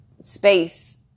space